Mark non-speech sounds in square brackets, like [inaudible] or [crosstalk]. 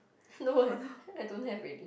no eh [laughs] I don't have already